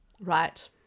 right